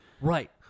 Right